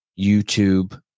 YouTube